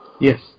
Yes